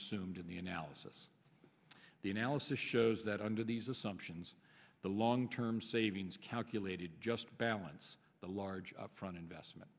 assumed in the analysis the analysis shows that under these assumptions the long term savings calculated just balance the large upfront investment